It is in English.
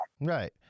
Right